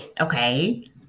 Okay